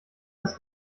das